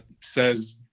says